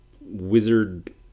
wizard